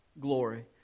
glory